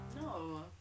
No